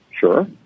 Sure